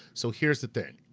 so here's the thing,